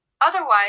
Otherwise